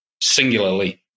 singularly